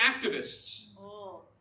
activists